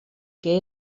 que